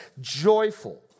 joyful